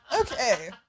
Okay